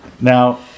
Now